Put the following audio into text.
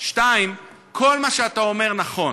2. כל מה שאתה אומר נכון,